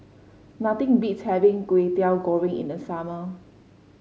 nothing beats having Kway Teow Goreng in the summer